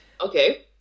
Okay